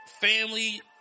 family